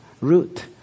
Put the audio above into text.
root